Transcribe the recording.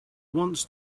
wants